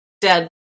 dead